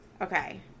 Okay